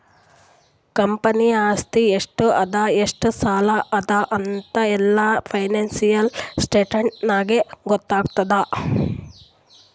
ಕಂಪನಿದು ಆಸ್ತಿ ಎಷ್ಟ ಅದಾ ಎಷ್ಟ ಸಾಲ ಅದಾ ಅಂತ್ ಎಲ್ಲಾ ಫೈನಾನ್ಸಿಯಲ್ ಸ್ಟೇಟ್ಮೆಂಟ್ ನಾಗೇ ಗೊತ್ತಾತುದ್